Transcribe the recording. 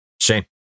Shane